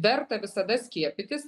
verta visada skiepytis